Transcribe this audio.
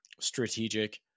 strategic